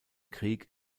krieg